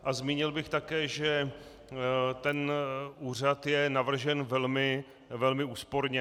A zmínil bych také, že ten úřad je navržen velmi úsporně.